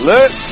Let